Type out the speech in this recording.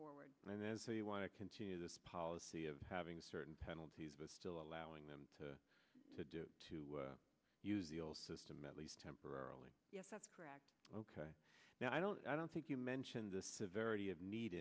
forward and then say you want to continue this policy of having certain penalties but still allowing them to do to use the old system at least temporarily correct ok now i don't i don't think you mentioned the severity of need